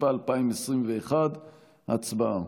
התשפ"א 2021. הצבעה.